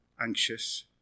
anxious